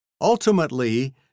Ultimately